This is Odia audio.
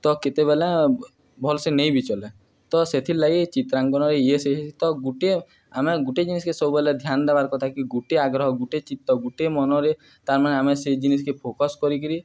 ତ କେତେବେଲେ ଭଲ୍ସେ ନେଇ ବି ଚଲେ ତ ସେଥିର୍ଲାଗି ଚିତ୍ରାଙ୍କନରେ ଇ ସେ ତ ଗୁଟେ ଆମେ ଗୁଟେ ଜିନିଷ୍କେ ସବୁବେଲେ ଧ୍ୟାନ୍ ଦେବାର୍ କଥା କି ଗୁଟେ ଆଗ୍ରହ ଗୁଟେ ଚିତ୍ତ ଗୁଟେ ମନରେ ତାର୍ମାନେ ଆମେ ସେ ଜିନିଷ୍କେ ଫୋକସ୍ କରିକିରି